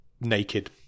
naked